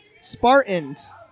Spartans